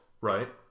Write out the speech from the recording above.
right